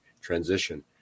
transition